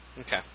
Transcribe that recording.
Okay